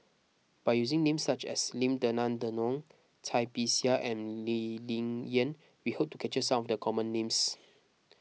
by using names such as Lim Denan Denon Cai Bixia and Lee Ling Yen we hope to capture some of the common names